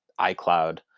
iCloud